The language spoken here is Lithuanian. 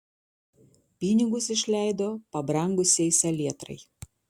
pinigus išleido pabrangusiai salietrai